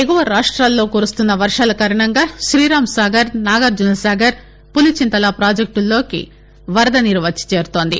ఎగువ రాష్ట్రాల్లో కురుస్తున్న వర్షాల కారణంగా శ్రీరాంసాగర్ నాగార్జునసాగర్ పులిచింతల పాజెక్టుల్లోకి వరద నీరు వచ్చి చేరుతుంది